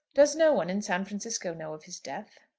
does no one in san francisco know of his death?